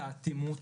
את האטימות,